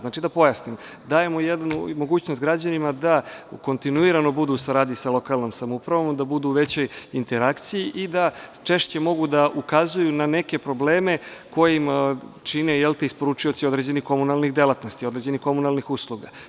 Znači, da pojasnim, dajemo jednu mogućnost građanima da kontinuirano budu u saradnji sa lokalnom samoupravom, da budu u većoj interakciji i da češće mogu da ukazuju na neke probleme koje im čine isporučioci određenih komunalnih delatnosti, određenih komunalnih usluga.